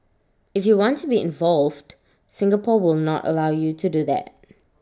if you want to be involved Singapore will not allow you to do that